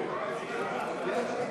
משרד הפנים, לשנת